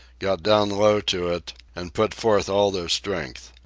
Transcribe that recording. got down low to it, and put forth all their strength.